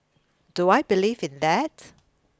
do I believe in that